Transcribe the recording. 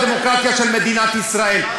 אל תזלזל בדמוקרטיה של מדינת ישראל.